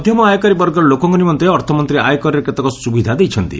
ମଧ୍ୟମ ଆୟକାରୀ ବର୍ଗର ଲୋକଙ୍କ ନିମନ୍ତେ ଅର୍ଥମନ୍ତ୍ରୀ ଆୟକରରେ କେତେକ ସୁବିଧା ଦେଇଛନ୍ତି